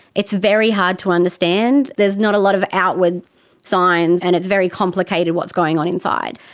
it's very hard to understand. there's not a lot of outward signs and it's very complicated, what's going on inside.